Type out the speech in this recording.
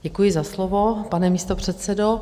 Děkuji za slovo, pane místopředsedo.